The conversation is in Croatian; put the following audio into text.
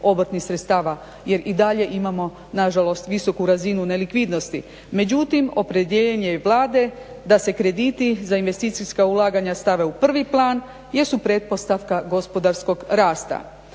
obrtnih sredstava jer i dalje imamo nažalost visoku razinu nelikvidnosti, međutim opredjeljenje je Vlade da se krediti za investicijska ulaganja stave u prvi plan jer su pretpostavka gospodarskog rasta.